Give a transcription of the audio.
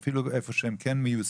גם במקומות בהם הם כן מיושמים,